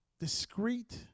discreet